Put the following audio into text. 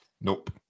nope